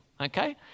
Okay